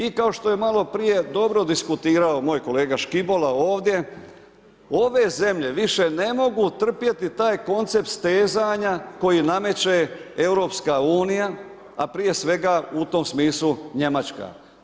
I kao što je maloprije dobro diskutirao moj kolega Škibola ovdje, ove zemlje više ne mogu trpjeti taj koncept stezanja koji nameće EU, a prije svega u tom smislu Njemačka.